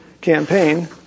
campaign